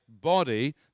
body